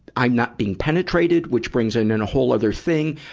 i'm not being penetrated, which brings in and a whole other thing,